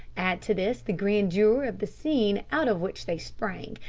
add to this the grandeur of the scene out of which they sprang,